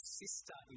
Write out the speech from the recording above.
sister